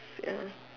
ya